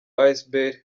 asbl